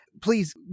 Please